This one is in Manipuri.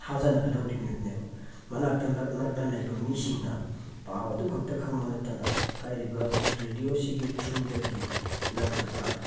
ꯊꯥꯖꯅꯒꯗꯧꯔꯤꯕꯅꯦꯕ ꯃꯅꯥꯛꯇ ꯅꯛꯅ ꯂꯩꯕ ꯃꯤꯁꯤꯡꯅ ꯄꯥꯎ ꯑꯗꯨꯈꯛꯇ ꯈꯪꯕ ꯅꯠꯇꯅ ꯍꯥꯏꯔꯤꯕ ꯔꯦꯗꯤꯑꯣꯁꯤꯒꯤ ꯊ꯭ꯔꯨꯗꯒꯤ ꯅꯠꯇ꯭ꯔꯒ